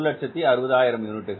160000 யூனிட்டுகள்